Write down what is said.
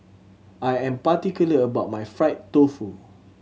I am particular about my fried tofu